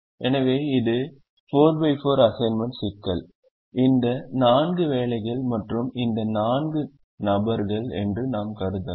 எனவே இது ஒரு 4 x 4 அசைன்மென்ட் சிக்கல் இந்த 4 வேலைகள் மற்றும் இந்த 4 பேர் நபர்கள் என்று நாம் கருதலாம்